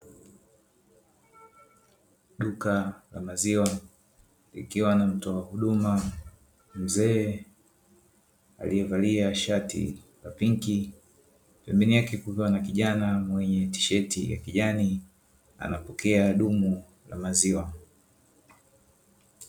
Duka la maziwa likiwa na mtoa huduma mzee aliyevalia shati la pinki, pembeni yake kukiwa na kijana mwenye tisheti ya kijani anapokea dumu la maziwa.